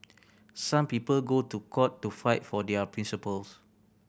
some people go to court to fight for their principles